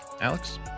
alex